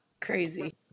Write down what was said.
Crazy